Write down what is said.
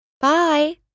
Bye